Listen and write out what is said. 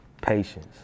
Patience